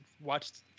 watched